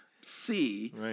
see